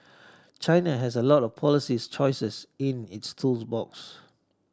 China has a lot of policies choices in its tool box